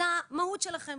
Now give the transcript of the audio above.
זו המהות שלכם,